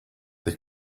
they